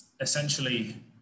essentially